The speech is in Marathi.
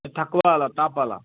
काय थकवा आला ताप आला